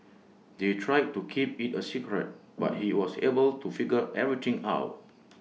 they tried to keep IT A secret but he was able to figure everything out